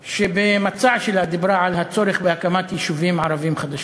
שבמצע שלה דיברה על הצורך בהקמת יישובים ערביים חדשים.